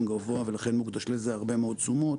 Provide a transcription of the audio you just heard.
גבוה ולכן מוקדש לזה הרבה מאוד תשומות.